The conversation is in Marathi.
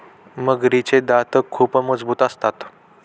मगरीचे दात खूप मजबूत असतात